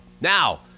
Now